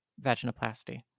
vaginoplasty